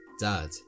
Dad